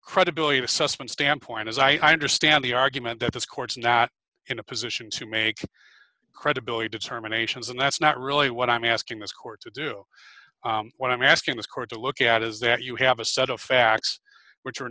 credibility of assessment standpoint as i understand the argument that this court's not in a position to make credibility determinations and that's not really what i'm asking this court to do what i'm asking this court to look at is that you have a set of facts which are